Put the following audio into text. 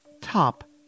top